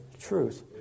truth